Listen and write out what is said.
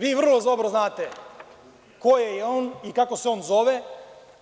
Vi vrlo dobro znate ko je on i kako se on zove,